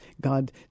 God